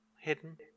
hidden